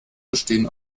bestehen